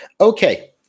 Okay